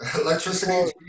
electricity